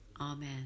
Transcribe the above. Amen